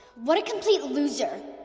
what a complete loser.